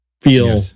feel